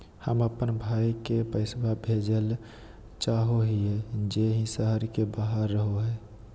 हम अप्पन भाई के पैसवा भेजल चाहो हिअइ जे ई शहर के बाहर रहो है